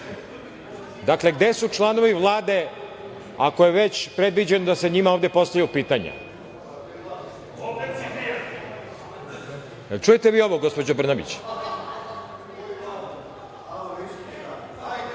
strane? Dakle, gde su članovi Vlade? Ako je već predviđeno da se njima ovde postavljaju pitanja. Da li čujete vi ovo, gospođo Brnabić?